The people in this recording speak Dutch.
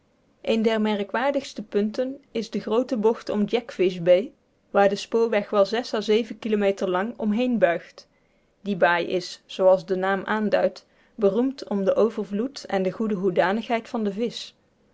een der merkwaardigste punten is de groote bocht om jack fish bay waar de spoorweg wel à kilometer lang omheen buigt die baai is zooals de naam aanduidt beroemd om den overvloed en de goede hoedanigheid van de visch